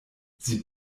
sie